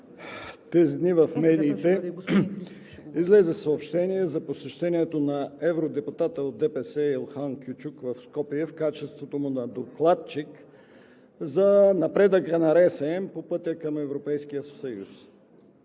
Тези дни в медиите излезе съобщение за посещението на евродепутата от ДПС Илхан Кючюк в Скопие – в качеството му на докладчик за напредъка на РСМ по пътя към Европейския съюз.